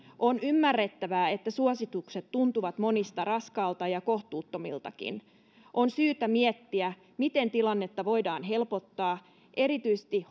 on ymmärrettävää että suositukset tuntuvat monista raskailta ja kohtuuttomiltakin on syytä miettiä miten tilannetta voidaan helpottaa erityisesti